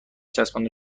چسبانده